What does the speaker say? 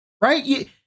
Right